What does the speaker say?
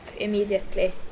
immediately